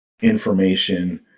information